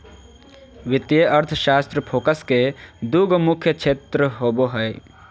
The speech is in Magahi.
वित्तीय अर्थशास्त्र फोकस के दू गो मुख्य क्षेत्र होबो हइ